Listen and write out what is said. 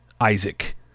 Isaac